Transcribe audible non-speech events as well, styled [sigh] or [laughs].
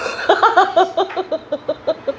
[laughs]